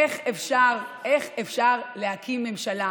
איך אפשר להקים ממשלה